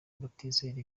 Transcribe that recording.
batizera